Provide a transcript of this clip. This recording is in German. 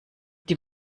die